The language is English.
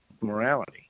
morality